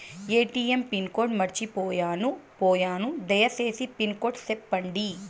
ATM pin code మర్చిపోయాను పోయాను దయసేసి పిన్ కోడ్ సెప్పండి?